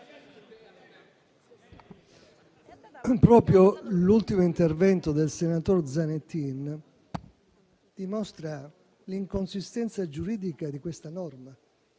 proprio l'ultimo intervento del senatore Zanettin dimostra l'inconsistenza giuridica di questa norma,